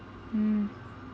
mm